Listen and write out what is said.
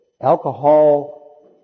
alcohol